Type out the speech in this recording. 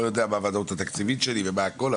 יודע מה הוודאות התקציבית שלי ומה הכל,